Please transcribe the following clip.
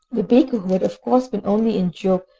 the baker, who had of course been only in joke,